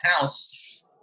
house